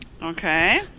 okay